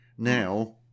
Now